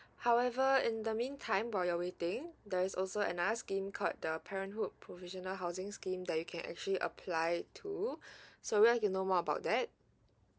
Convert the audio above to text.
however in the mean time while you're waiting there is also another scheme called the parenthood provisional housing scheme that you can actually apply too so would you like to know more about that